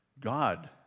God